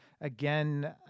again